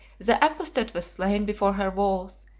the apostate was slain before her walls,